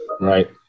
Right